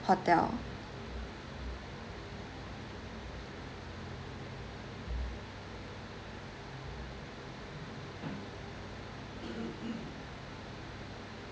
hotel